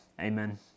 Amen